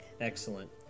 Excellent